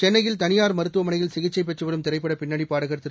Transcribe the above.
சென்னையில் தனியார் மருத்துவமனையில் சிகிச்சை பெற்று வரும் திரைப்பட பின்னணிப் பாடகர் திரு